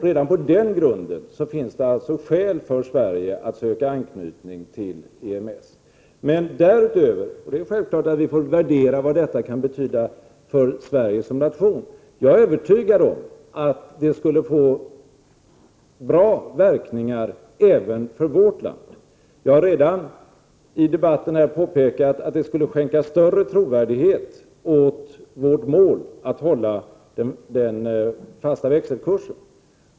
Redan på denna grund finns det alltså skäl för Sverige att söka anknytning till EMS. Det är självklart att vi får värdera vad detta kan betyda för Sverige som nation, men jag är övertygad om att det skulle bli bra verkningar även för vårt land. Jag har redan påpekat att det skulle skänka större trovärdighet när det gäller vårt mål att hålla en fast växelkurs.